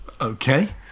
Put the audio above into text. Okay